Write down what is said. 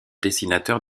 dessinateur